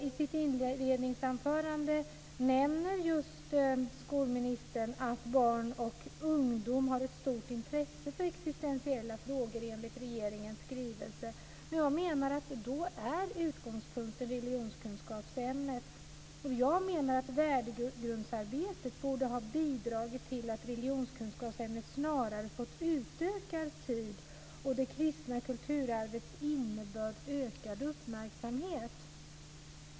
I sitt inledningsanförande nämner skolministern just att barn och ungdomar har ett stort intresse för existentiella frågor enligt regeringens skrivelse. Då är utgångspunkten religionskunskapsämnet. Värdegrundsarbetet borde snarare ha bidragit till att religionskunskapsämnet fått utökat tid och det kristna kulturarvets innebörd ökad uppmärksamhet.